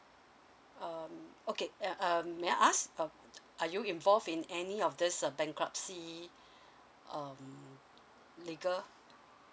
oh okay um may I ask uh are you involved in any of this a bankruptcy um liquor